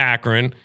Akron